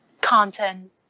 content